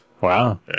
wow